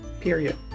period